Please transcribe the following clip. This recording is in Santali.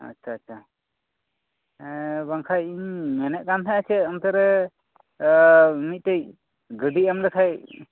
ᱟᱪᱪᱷᱟᱼᱟᱪᱪᱷᱟ ᱮᱸ ᱵᱟᱝᱠᱷᱟᱡ ᱤᱧ ᱢᱮᱱᱮᱫ ᱠᱟᱱ ᱛᱟᱦᱮᱱᱟ ᱪᱮᱫ ᱚᱱᱛᱮ ᱨᱮ ᱢᱤᱫᱴᱮᱡ ᱜᱟᱹᱰᱤ ᱮᱢ ᱞᱮᱠᱷᱟᱡ